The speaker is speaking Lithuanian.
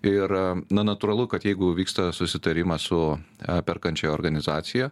ir natūralu na kad jeigu vyksta susitarimas su perkančia organizacija